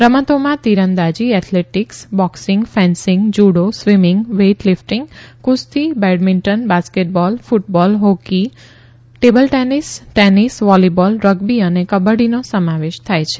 રમતોમાં તીરંદાજી athletics boxing fencing judo swimming weight lifting કુસ્તી badminton basketball football hockey table tennis tennis volleyball rugby અને કબડ્ટીનો સમાવેશ થાય છે